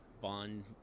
bond